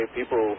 people